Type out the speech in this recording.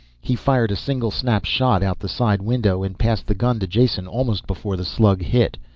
he fired a single, snap-shot out the side window and passed the gun to jason almost before the slug hit.